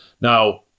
Now